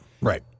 Right